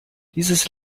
dieses